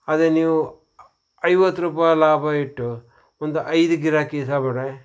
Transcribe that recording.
ಅದೇ ನೀವು ಐವತ್ತು ರೂಪಾಯಿ ಲಾಭ ಇಟ್ಟು ಒಂದು ಐದು ಗಿರಾಕಿ